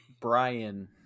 Brian